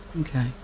okay